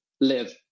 live